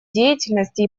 деятельности